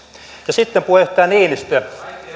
ja sitten puheenjohtaja niinistö